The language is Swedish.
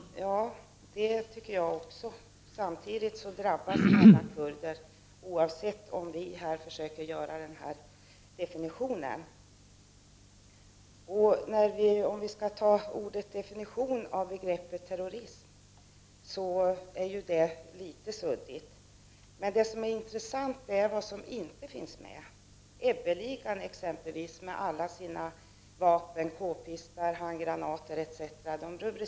Herr talman! Det tycker jag också. Men samtidigt drabbas alla kurder oavsett om vi här försöker göra den distinktionen. Definitionen av begreppet terrorist är ju litet suddig. Men det som är intressant är vad som inte finns med. Exempelvis rubricerades inte Ebbeligan med alla dess vapen, k-pistar, handgranater etc.